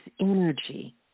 energy